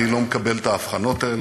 אני לא מקבל את ההבחנות האלה.